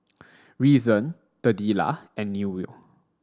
Reason Delilah and Newell